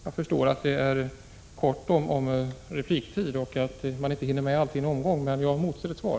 Jag förstår att repliktiden är kort och att man inte hinner svara på alla frågor i samma replik, men jag emotser ett svar.